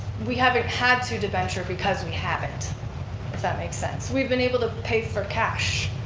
we haven't had to debenture because we have it if that makes sense. we've been able to pay for cash,